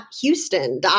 .Houston